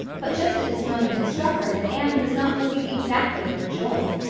but just at this moment it struck her that anne was not looking exactly overjoyed.